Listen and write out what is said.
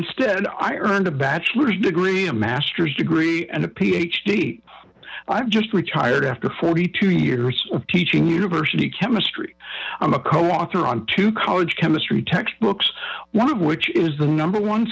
instead i earned a bachelors degree a master's degree and ap hd i've just retired after forty two years of teaching university chemistry i'm a coauthor on two college chemistry textbooks one of which is the number one